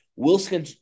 Wilson